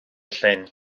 llyn